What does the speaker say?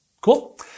Cool